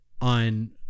on